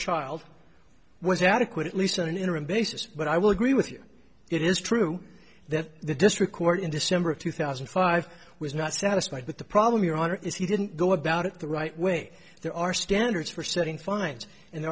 child was adequate at least on an interim basis but i will agree with you it is true that the district court in december of two thousand and five was not satisfied that the problem your honor is he didn't go about it the right way there are standards for setting fines and